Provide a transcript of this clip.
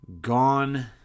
gone